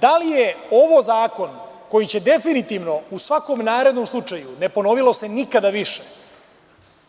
Da li je ovo zakon koji će definitivno u svakom narednom slučaju, ne ponovilo se nikada više,